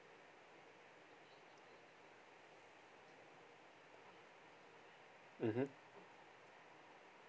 mmhmm